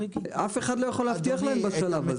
אף אחד לא יכול להבטיח להם בשלב הזה.